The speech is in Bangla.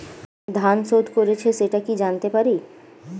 ঋণ শোধ করেছে সেটা কি জানতে পারি?